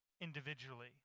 individually